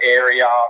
area